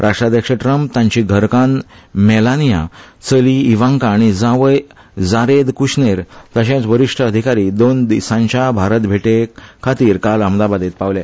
राष्ट्राध्यक्ष ट्रम्प तांची घरकान्न मेलानिया चली इवांका आनी जावय जारेद कुशनेर तशेंच वरिष्ठ अधिकारी दोन दिसांच्या भारत भेटेखातीर काल अहमदाबादात पावले